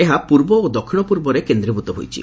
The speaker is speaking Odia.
ଏହା ପୂର୍ବ ଓ ଦକ୍ଷିଣ ପୂର୍ବରେ କେନ୍ଦୀଭୂତ ହୋଇଛି